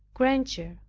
granger,